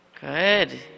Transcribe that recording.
Good